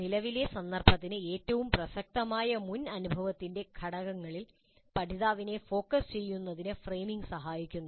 നിലവിലെ സന്ദർഭത്തിന് ഏറ്റവും പ്രസക്തമായ മുൻ അനുഭവത്തിന്റെ ഘടകങ്ങളിൽ പഠിതാവിനെ ഫോക്കസ് ചെയ്യുന്നതിന് ഫ്രെയിമിംഗ് സഹായിക്കുന്നു